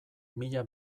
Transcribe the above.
mila